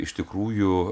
iš tikrųjų